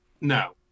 No